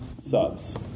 subs